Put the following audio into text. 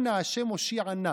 אנא ה' הושיעה נא.